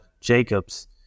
Jacobs